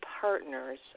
partners